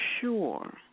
sure